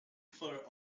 fur